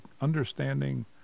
understanding